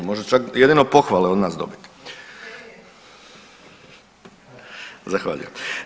Možda čak, jedino pohvale od nas dobit. … [[Upadica sa strane, ne razumije se.]] Zahvaljujem.